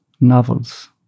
novels